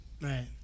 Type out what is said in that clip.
Right